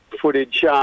footage